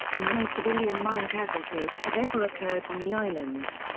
and no civilian mine casualties have ever occurred on the islands.